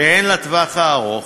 וגם בטווח הארוך,